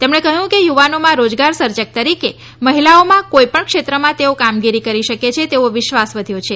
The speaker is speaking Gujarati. તેમણે કહ્યું કે યુવાનોમાં રોજગાર સર્જક તરીકે મહિલાઓમાં કોઈપણ ક્ષેત્રમાં તેઓ કામગીરી કરી શકે તેવો વિશ્વાસ વધ્યો છે